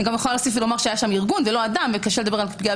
היה שם ארגון ולא אדם וקשה לדבר על פגיעה